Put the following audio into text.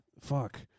Fuck